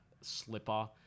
slipper